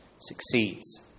succeeds